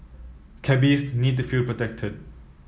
cabbies need to feel protected